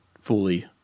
fully